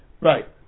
Right